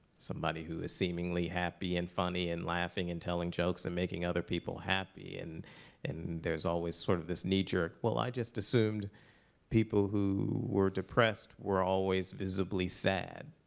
somebody who was seemingly happy and funny and laughing and telling jokes and making other people happy. and there's always sort of this knee-jerk, well, i just assumed people who were depressed were always visibly sad.